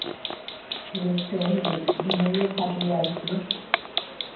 ठीक छै यही घूमैए खातिर आयल छियै